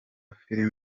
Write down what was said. film